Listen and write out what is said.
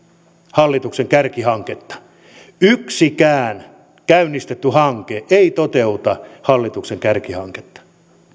hallituksen kärkihanketta yksikään käynnistetty hanke ei toteuta hallituksen kärkihanketta